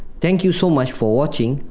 thank you so much for watching.